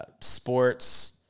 sports